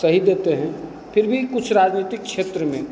सही देते हैं फ़िर भी कुछ राजनीतिक क्षेत्र में